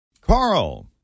Carl